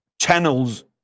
channels